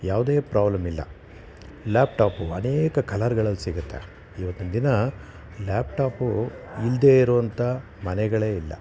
ಯಾವುದೇ ಪ್ರಾಬ್ಲಮ್ ಇಲ್ಲ laptop ಅನೇಕ ಕಲರ್ಗಳಲ್ಲಿ ಸಿಗುತ್ತೆ ಇವತ್ತಿನ ದಿನ ಲ್ಯಾಪ್ ಟಾಪು ಇಲ್ಲದೇ ಇರುವಂಥ ಮನೆಗಳೇ ಇಲ್ಲ